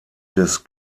des